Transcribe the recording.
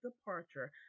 departure